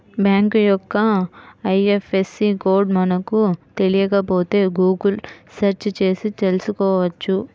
bank యొక్క IFSC code మనకు తెలియకపోతే గుగుల్ సెర్చ్ చేసి తెల్సుకోవచ్చు